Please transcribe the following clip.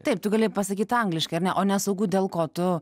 taip tu gali pasakyt angliškai ar ne o nesaugu dėl ko tu